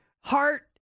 heart